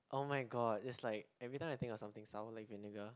[oh]-my-god it's like every time I think of something sour like vinegar